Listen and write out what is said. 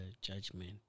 judgment